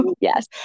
yes